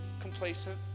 complacent